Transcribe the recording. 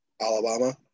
alabama